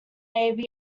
navy